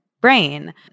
brain